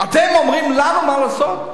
אתם אומרים לנו מה לעשות?